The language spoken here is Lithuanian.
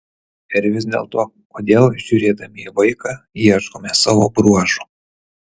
ir vis dėlto kodėl žiūrėdami į vaiką ieškome savo bruožų